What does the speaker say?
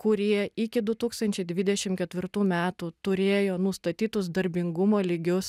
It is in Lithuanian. kurie iki du tūkstančiai dvidešim ketvirtų metų turėjo nustatytus darbingumo lygius